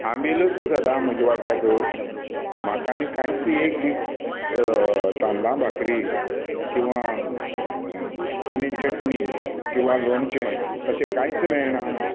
आमिलूच सदां म्हाज्या वाट्याक म्हाका आनी कांयच एक दीस तांदळां भाकरी किंवां आनीक चटणी किंवां लोणचें अशें कांयच मेळना